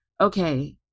okay